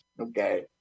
Okay